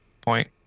point